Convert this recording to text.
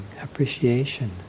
appreciation